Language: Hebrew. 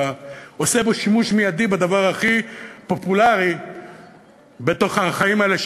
אתה עושה בו שימוש מיידי בדבר הכי פופולרי בחיים האלה,